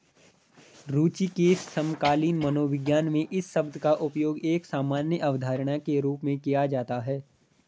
रूचि के समकालीन मनोविज्ञान में इस शब्द का उपयोग एक सामान्य अवधारणा के रूप में किया जाता है